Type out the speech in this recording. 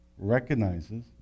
recognizes